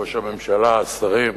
ראש הממשלה, השרים,